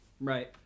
Right